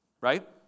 Right